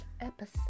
episode